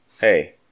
Hey